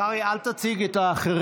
אף אחד לא, קרעי, אל תציג את האחרים.